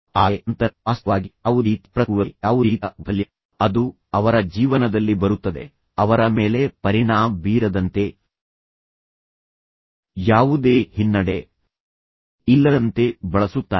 ಆದರೆ ನಂತರ ವಾಸ್ತವವಾಗಿ ಯಾವುದೇ ರೀತಿಯ ಪ್ರತಿಕೂಲತೆ ಯಾವುದೇ ರೀತಿಯ ವೈಫಲ್ಯ ಅದು ಅವರ ಜೀವನದಲ್ಲಿ ಬರುತ್ತದೆ ಅವರ ಮೇಲೆ ಪರಿಣಾಮ ಬೀರದಂತೆ ಯಾವುದೇ ಹಿನ್ನಡೆ ಇಲ್ಲದಂತೆ ಬಳಸುತ್ತಾರೆ